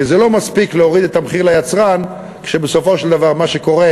כי זה לא מספיק להעלות את המחיר ליצרן כשבסופו של דבר מה שקורה